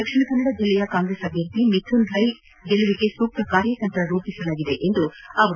ದಕ್ಷಿಣ ಕನ್ನಡ ಜಿಲ್ಲೆಯ ಕಾಂಗ್ರೆಸ್ ಅಭ್ಯರ್ಥಿ ಮಿಥುನ್ ರೈಗೆ ಗೆಲುವಿಗೆ ಸೂಕ್ತ ಕಾರ್ಯತಂತ್ರ ರೂಪಿಸಲಾಗಿದೆ ಎಂದರು